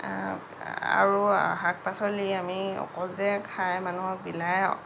আৰু শাক পাচলি আমি অকল যে খাই মানুহক বিলাই